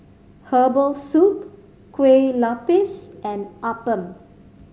herbal soup Kueh Lupis and appam